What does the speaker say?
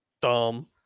dumb